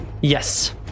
Yes